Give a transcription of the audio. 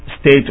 state